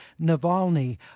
Navalny